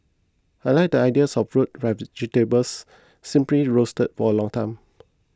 I like the ideas of root vegetables simply roasted for a long time